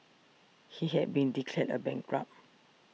he had been declared a bankrupt